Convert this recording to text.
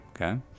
okay